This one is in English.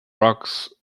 rocks